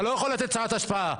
אתה לא יכול לתת שעת הצבעה.